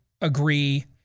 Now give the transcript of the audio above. agree